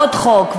ועוד חוק,